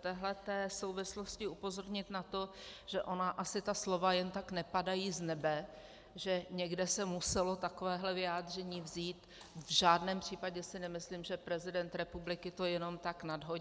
této souvislosti upozornit na to, že ona asi ta slova jen tak nepadají z nebe, že někde se muselo takovéhle vyjádření vzít, v žádném případě si nemyslím, že prezident republiky to jenom tak nadhodil.